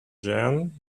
jan